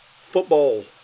football